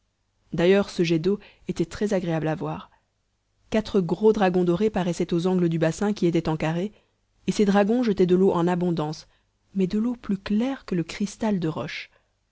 d'ailleurs ce jet d'eau était très-agréable à voir quatre gros dragons dorés paraissaient aux angles du bassin qui était en carré et ces dragons jetaient de l'eau en abondance mais de l'eau plus claire que le cristal de roche